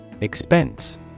Expense